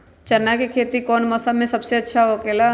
चाना के खेती कौन मौसम में सबसे अच्छा होखेला?